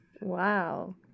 Wow